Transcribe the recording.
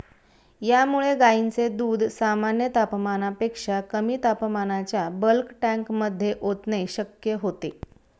यामुळे गायींचे दूध सामान्य तापमानापेक्षा कमी तापमानाच्या बल्क टँकमध्ये ओतणे शक्य होते